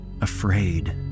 afraid